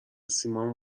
سیمان